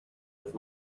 with